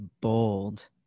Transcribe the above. bold